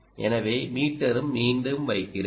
எனவே மீட்டரை மீண்டும் வைக்கிறேன்